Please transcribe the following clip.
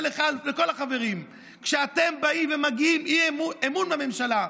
ולכל החברים: כשאתם באים ומביעים אמון בממשלה,